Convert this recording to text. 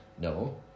no